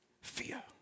Fear